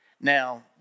Now